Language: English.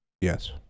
Yes